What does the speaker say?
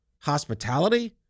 hospitality